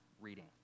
reading